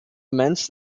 immense